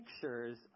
pictures